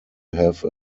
have